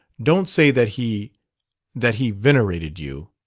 don't say that he that he venerated you!